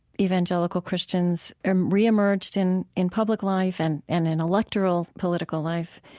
evangelical christians um reemerged in in public life and and in electoral political life.